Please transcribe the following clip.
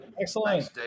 excellent